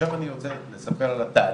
עכשיו אני רוצה לספר על התהליך.